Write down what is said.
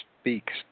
speaks